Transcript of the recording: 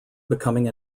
becoming